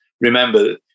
remember